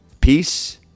peace